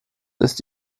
ist